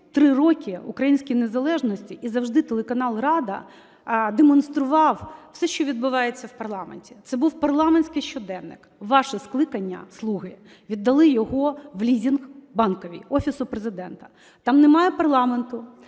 33 роки українській незалежності і завжди телеканал "Рада" демонстрував все, що відбувається в парламенті, це був парламентський щоденник. Ваше скликання, "слуги", віддали його в лізинг Банковій, Офісу Президента. Там немає парламенту,